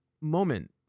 moment